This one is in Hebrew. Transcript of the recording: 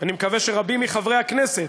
ואני מקווה שרבים מחברי הכנסת,